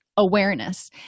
awareness